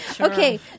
Okay